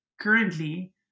currently